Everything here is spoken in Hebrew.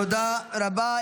תודה רבה.